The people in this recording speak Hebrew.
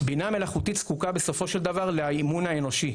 בינה מלאכותית זקוקה בסופו של דבר לאמון האנושי.